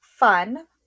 Fun